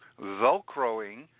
Velcroing